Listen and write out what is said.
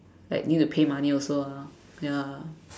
like need to pay money also lah ya